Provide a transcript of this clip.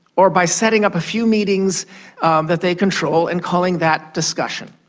or by setting up a few meetings and that they control and calling that discussion.